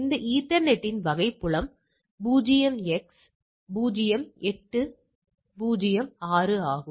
இந்த ஈத்தர்நெட்டின் வகை புலம் 0x0806 ஆகும்